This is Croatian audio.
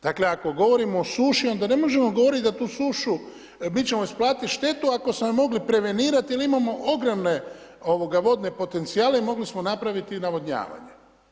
Dakle ako govorimo o suši onda ne možemo govoriti da tu sušu, mi ćemo isplatiti štetu ako smo je mogli prevenirati jer imamo ogromne vodne potencijale i mogli smo napraviti navodnjavanje.